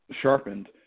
sharpened